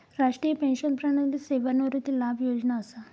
राष्ट्रीय पेंशन प्रणाली सेवानिवृत्ती लाभ योजना असा